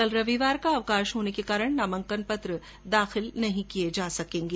कल रविवार का अवकाश होने के कारण नामांकन पत्र दाखिल नहीं किये जा सकेंगे